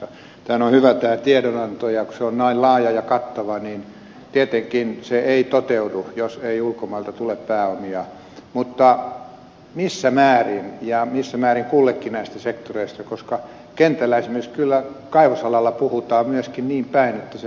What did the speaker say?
tämä tiedonantohan on hyvä ja kun se on näin laaja ja kattava niin tietenkään se ei toteudu jos ei ulkomailta tule pääomia mutta missä määrin ja missä määrin kullekin näistä sektoreista koska kentällä esimerkiksi kyllä kaivosalalla puhutaan myöskin niin päin että se nähdään uhkana